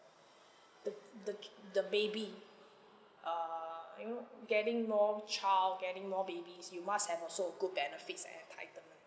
the the the baby err you know getting more child getting more babies you must have also a good benefits and entitlement